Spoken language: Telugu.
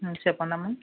చెప్పండమ్మ